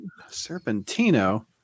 serpentino